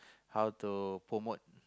how to promote